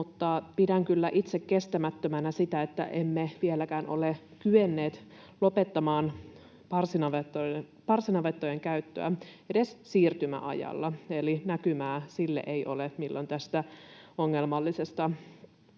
kyllä itse kestämättömänä sitä, että emme vieläkään ole kyenneet lopettamaan parsinavettojen käyttöä edes siirtymäajalla, eli ei ole näkymää sille, milloin tästä ongelmallisesta muodosta